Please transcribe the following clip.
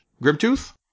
Grimtooth